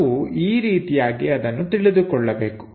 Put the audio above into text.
ನಾವು ಈ ರೀತಿಯಾಗಿ ಅದನ್ನು ತಿಳಿದುಕೊಳ್ಳಬೇಕು